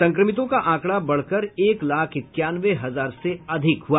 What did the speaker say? संक्रमितों का आंकड़ा बढ़कर एक लाख इक्यानवें हजार से अधिक हुआ